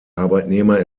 arbeitnehmer